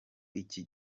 iki